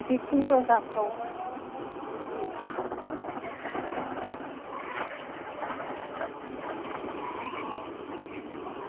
जित्थें तुस आक्खो